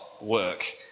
work